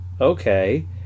Okay